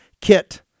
kit